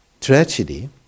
tragedy